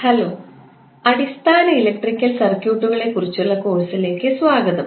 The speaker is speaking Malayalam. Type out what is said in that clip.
ഹലോ അടിസ്ഥാന ഇലക്ട്രിക്കൽ സർക്യൂട്ടുകളെക്കുറിച്ചുള്ള കോഴ്സിലേക്ക് സ്വാഗതം